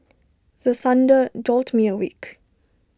the thunder jolt me awake